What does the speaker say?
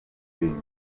being